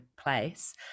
place